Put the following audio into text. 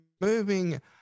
Moving